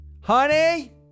Honey